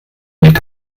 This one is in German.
nicht